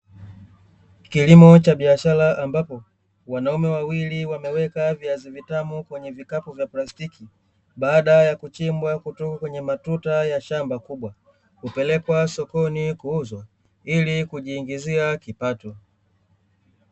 Kilimo cha biashara ambapo wanaume wawili wameweka viazi vitamu kwenye vikapu vya plastiki baada ya kuchimbwa kutoka kwenye matuta ya shamba kubwa, kupelekwa sokoni kuuzwa ili kujiingizia kipato.